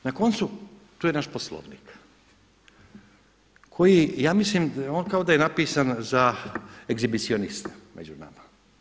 I na koncu, tu je naš Poslovnik koji, ja mislim da on kao da je napisan za egzibicionista među nama.